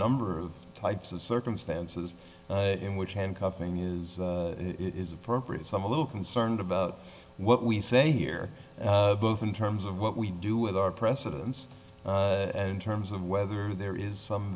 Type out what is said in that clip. number of types of circumstances in which handcuffing is it is appropriate some a little concerned about what we say here both in terms of what we do with our precedence in terms of whether there is some